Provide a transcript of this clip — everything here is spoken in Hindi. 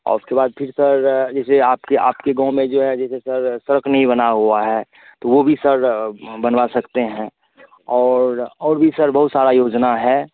और उसके बाद फिर सर जैसे आपके आपके गाँव में जो है जैसे सर सड़क नहीं बनी हुई है तो वह भी सर बनवा सकते हैं और और भी सर बहुत सारी योजना है